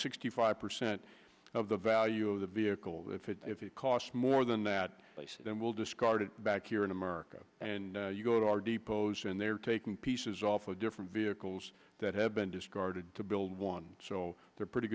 sixty five percent of the value of the vehicle if it costs more than that place then we'll discard it back here in america and go to our depots and they're taking pieces off a different vehicles that have been discarded to build one so they're pretty